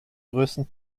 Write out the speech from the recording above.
größten